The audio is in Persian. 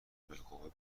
بالقوه